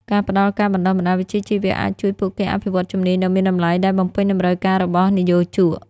ការផ្តល់ការបណ្ដុះបណ្ដាលវិជ្ជាជីវៈអាចជួយពួកគេអភិវឌ្ឍជំនាញដ៏មានតម្លៃដែលបំពេញតម្រូវការរបស់និយោជក។